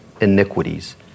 iniquities